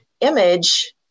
image